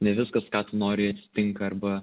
ne viskas ką tu nori tinka arba